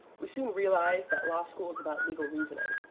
we soon realized that law school is about legal reasoning,